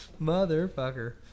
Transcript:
Motherfucker